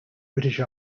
british